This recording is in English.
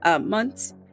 months